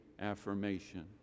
affirmation